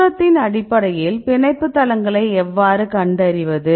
தூரத்தின் அடிப்படையில் பிணைப்பு தளங்களை எவ்வாறு கண்டறிவது